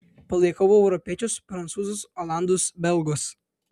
palaikau europiečius prancūzus olandus belgus